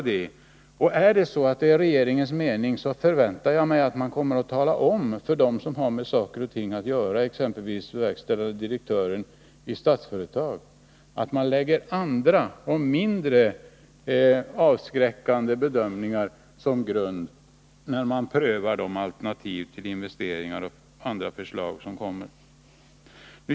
Men är detta regeringens uppfattning, förväntar jag mig att man talar om det för dem som har med saken att göra, exempelvis verkställande direktören i Statsföretag. Tala om för honom att man lägger andra och mindre avskräckande bedömningar som grund när man prövar de alternativ till investeringar som finns och andra förslag som kommer!